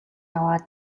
аваад